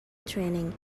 training